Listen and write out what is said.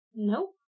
Nope